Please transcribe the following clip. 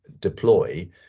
deploy